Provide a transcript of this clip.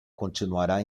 continuará